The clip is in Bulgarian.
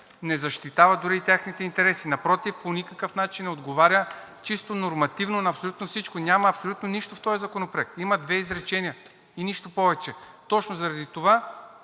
не защитава дори и техните интереси. Напротив, по никакъв начин не отговаря чисто нормативно на абсолютно всичко. Няма абсолютно нищо в този законопроект. Има две изречения и нищо повече. Точно заради това,